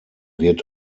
wird